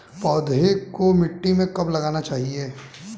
पौधे को मिट्टी में कब लगाना चाहिए?